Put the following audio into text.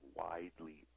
widely